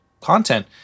content